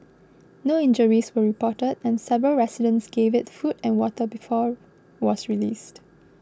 no injuries were reported and several residents gave it food and water before was released